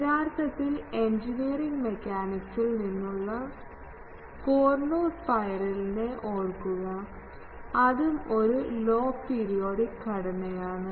യഥാർത്ഥത്തിൽ engineering mechanics ൽ നിന്നുള്ള കോർനു Spiral നെ ഓർക്കുക അതും ഒരു ലോഗ് പീരിയോഡിക് ഘടന ആണ്